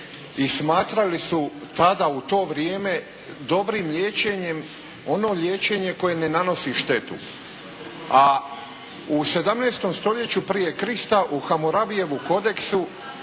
i smatrali su tada u to vrijeme dobrim liječenjem ono liječenje koje ne nanosi štetu. A u 17. stoljeću prije Krista u Hamurabijevu kodeksu